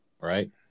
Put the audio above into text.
right